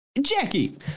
Jackie